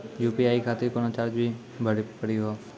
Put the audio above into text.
UPI खातिर कोनो charge भी भरी पड़ी हो?